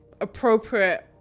appropriate